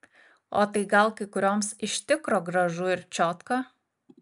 o tai gal kai kurioms iš tikro gražu ir čiotka